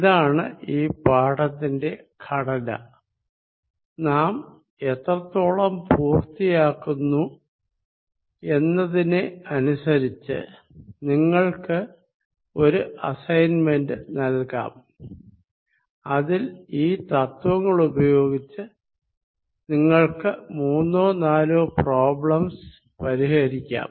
ഇതാണ് ഈ പാഠത്തിന്റെ ഘടന നാം എത്രത്തോളം പൂർത്തിയാക്കുന്നു എന്നതിനെ അനുസരിച്ച് നിങ്ങൾക്ക് ഒരു അസൈൻമെന്റ് നൽകാം അതിൽ ഈ തത്വങ്ങളുപയോഗിച്ച് നിങ്ങൾക്ക് മൂന്നോ നാലോപ്രോബ്ലെംസ് പരിഹരിക്കാം